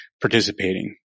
participating